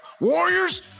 Warriors